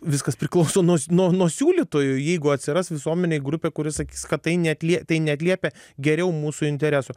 viskas priklauso nuo nuo siūlytojų jeigu atsiras visuomenėj grupė kuri sakys kad tai neatlie tai neatliepia geriau mūsų interesų